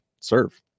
serve